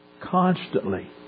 constantly